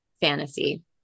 fantasy